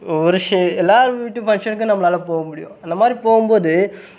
ஒரு எல்லோர் வீட்டு ஃபங்க்ஷனுக்கும் நம்மளால் போகமுடியும் அந்த மாதிரி போகும்போது